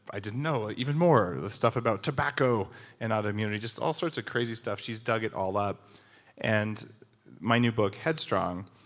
i didn't know even more the stuff about tobacco and autoimmunity, just all sort of crazy stuff, she's dug it all up and my new book, headstrong,